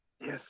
Yes